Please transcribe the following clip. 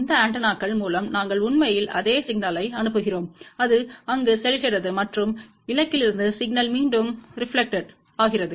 இந்த ஆண்டெனாக்கள் மூலம் நாங்கள் உண்மையில் அதே சிக்னல்யை அனுப்புகிறோம் அது அங்கு செல்கிறது மற்றும் இலக்கிலிருந்து சிக்னல் மீண்டும் ரெப்லக்டெட்கிறது